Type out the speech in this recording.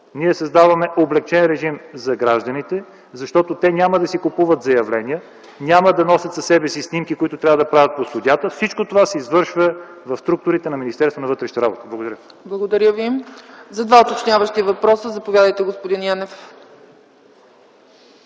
ние създаване облекчен режим за гражданите, защото те няма да си купуват заявления, няма да носят със себе си снимки, които трябва да правят по студията. Всичко това се извършва в структурите на Министерството на вътрешните работи. Благодаря. ПРЕДСЕДАТЕЛ ЦЕЦКА ЦАЧЕВА: Благодаря Ви. Два уточняващи въпроса, заповядайте, господин Янев.